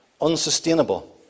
unsustainable